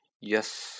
yes